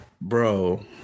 Bro